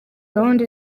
gahunda